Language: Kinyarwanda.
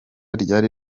ryari